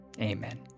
Amen